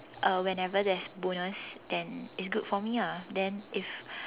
uh whenever there's bonus then it's good for me ah then if